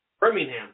Birmingham